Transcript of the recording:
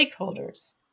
stakeholders